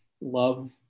love